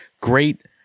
Great